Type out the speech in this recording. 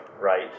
right